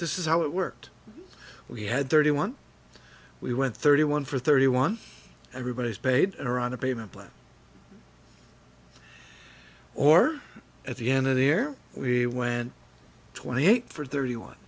this is how it worked we had thirty one we went thirty one for thirty one everybody's paid around a payment plan or at the end of there we went twenty eight for thirty one